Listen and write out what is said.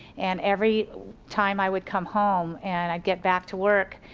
and every time i would come home, and i'd get back to work,